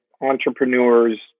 entrepreneur's